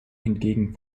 hingegen